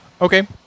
Okay